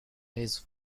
his